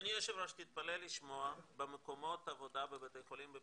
השר להשכלה גבוהה ומשלימה זאב אלקין: אדוני היושב ראש,